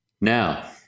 Now